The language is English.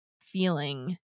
feeling